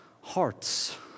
hearts